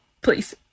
Please